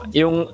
yung